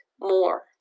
more